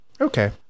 okay